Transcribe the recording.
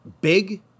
big